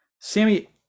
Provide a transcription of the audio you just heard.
Sammy